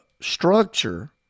structure